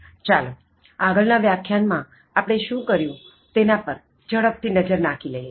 ચાલો આગળના વ્યાખ્યાન માં આપણે શું કર્યું તેના પર ઝડપથી નજર નાખી લઇએ